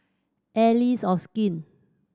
Allies of Skin